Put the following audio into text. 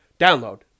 download